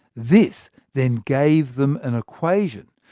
this then gave them an equation,